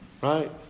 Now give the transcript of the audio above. right